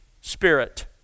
spirit